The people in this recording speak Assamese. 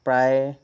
প্ৰায়